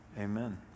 Amen